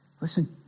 listen